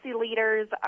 leaders